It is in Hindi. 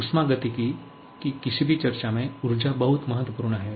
ऊष्मागतिकी की किसी भी चर्चा में ऊर्जा बहुत महत्वपूर्ण है